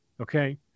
Okay